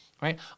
right